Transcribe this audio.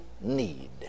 need